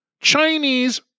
Chinese